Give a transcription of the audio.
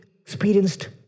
experienced